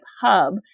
hub